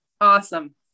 Awesome